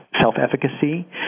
self-efficacy